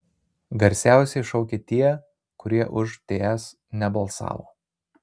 garsiausiai šaukia tie kurie už ts nebalsavo